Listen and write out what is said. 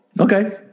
Okay